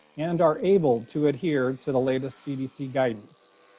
and are able to adhere to the latest cdc guidance.